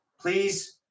Please